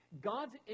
God's